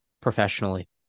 professionally